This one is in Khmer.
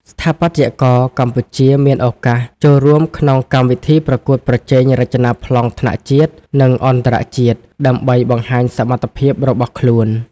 ស្ថាបត្យករកម្ពុជាមានឱកាសចូលរួមក្នុងកម្មវិធីប្រកួតប្រជែងរចនាប្លង់ថ្នាក់ជាតិ និងអន្តរជាតិ ដើម្បីបង្ហាញសមត្ថភាពរបស់ខ្លួន។